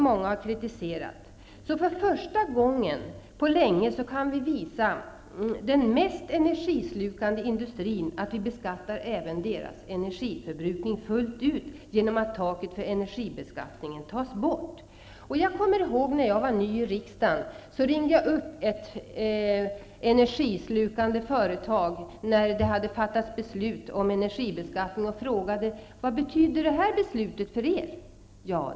Men för första gången på länge kan vi visa att även den mest energislukande industrins energiförbrukning beskattas fullt ut genom att taket för energibeskattningen tas bort. Jag kommer ihåg när jag var ny i riksdagen. Då ringde jag upp ett energislukande företag efter det att det hade fattats beslut om energibeskattning och frågade vad beslutet innebar för företaget.